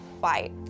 fight